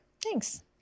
Thanks